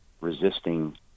resisting